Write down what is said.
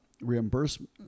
reimbursement